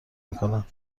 میکنند